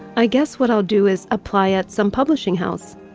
i guess what i'll do is apply at some publishing house.